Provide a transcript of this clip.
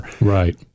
Right